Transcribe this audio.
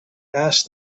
asked